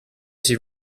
s’il